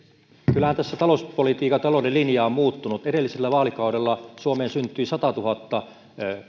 kyllähän tässä talouspolitiikan ja talouden linja on muuttunut edellisellä vaalikaudella suomeen syntyi satatuhatta